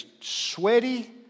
sweaty